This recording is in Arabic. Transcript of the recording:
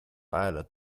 قال